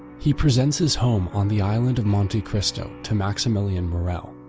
he presents his home on the island of monte cristo to maximillien morrel,